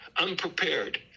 unprepared